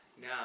Now